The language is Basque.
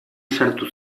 sartu